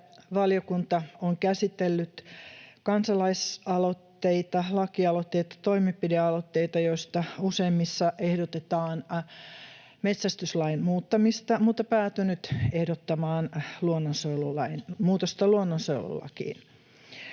valiokunta on käsitellyt kansalaisaloitteita, lakialoitteita ja toimenpidealoitteita, joista useimmissa ehdotetaan metsästyslain muuttamista, mutta päätynyt ehdottamaan muutosta luonnonsuojelulakiin.